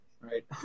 right